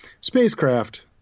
spacecraft